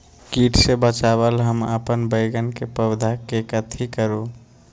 किट से बचावला हम अपन बैंगन के पौधा के कथी करू?